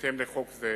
בהתאם לחוק זה.